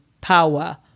power